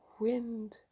wind